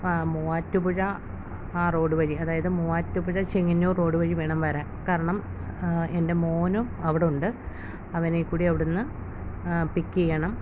മൂവാറ്റുപുഴ ആ റോഡു വഴി അതായത് മൂവാറ്റുപുഴ ചെങ്ങന്നൂർ റോഡ് വഴി വേണം വരാൻ കാരണം എൻ്റെ മോനും അവിടുണ്ട് അവനെക്കൂടി അവിടുന്ന് പിക്ക് ചെയ്യണം